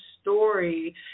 story